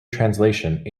translation